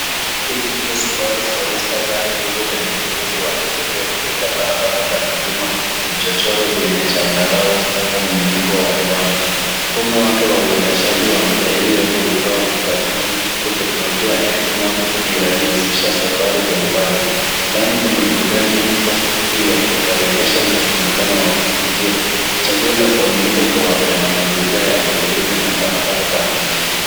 Hii ndio Subaru Forrester, gari dogo lenye uwezo wa kipekee kupita barabara za milima, vichochoro vyenye changarawe na hata muinuko wa jangwa. Mfumo wake wa uendeshaji wa matairi yote hutoa udhabiti huku teknolojia X mode ikirahisisha safari za umbali. Ndani kuna burudani ya kisasa, viti vya kustarehesha na muonekano wa kuvutia. Chaguo la kuaminika kwa wapenda mazingira ya porini na barabara za mji.